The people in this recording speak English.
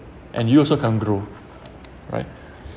and you also can't grow right